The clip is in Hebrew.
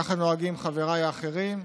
ככה נוהגים חבריי האחרים.